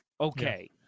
Okay